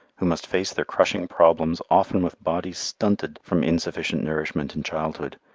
who must face their crushing problems often with bodies stunted from insufficient nourishment in childhood,